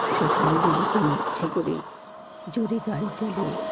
সেখানে যদি কেউ ইচ্ছে করে জোরে গাড়ি চালিয়ে